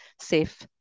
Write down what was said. safe